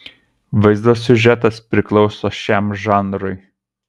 vaizdo siužetas priklauso šiam žanrui